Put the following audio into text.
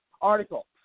article